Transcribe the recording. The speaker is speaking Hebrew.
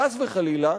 חס וחלילה,